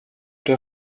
der